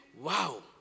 Wow